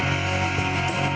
and